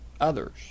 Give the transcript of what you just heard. others